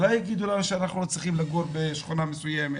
אולי יגידו לנו שאנחנו לא צריכים לגור בשכונה מסוימת?